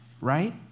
right